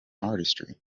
artistry